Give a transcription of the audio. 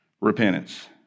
Repentance